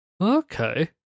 Okay